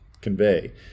convey